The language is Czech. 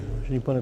Děkuji.